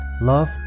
love